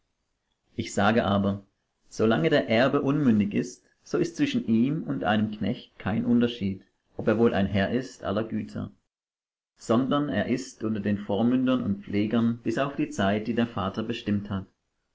ich sage aber solange der erbe unmündig ist so ist zwischen ihm und einem knecht kein unterschied ob er wohl ein herr ist aller güter sondern er ist unter den vormündern und pflegern bis auf die zeit die der vater bestimmt hat